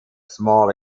small